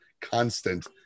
constant